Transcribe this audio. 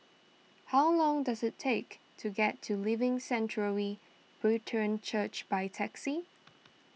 how long does it take to get to Living Sanctuary Brethren Church by taxi